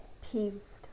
peeve